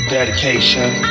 Dedication